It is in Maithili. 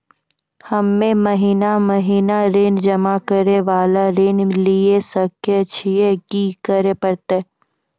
हम्मे महीना महीना ऋण जमा करे वाला ऋण लिये सकय छियै, की करे परतै?